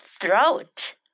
throat